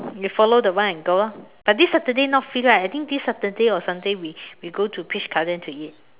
you follow the one and go lor but this Saturday not free right I think this Saturday or Sunday we we go to peach garden to eat